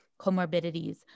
comorbidities